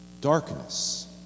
darkness